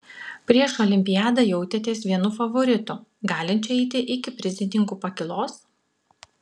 prieš olimpiadą jautėtės vienu favoritų galinčiu eiti iki prizininkų pakylos